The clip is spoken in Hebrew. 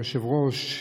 היושב-ראש,